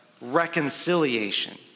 reconciliation